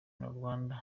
international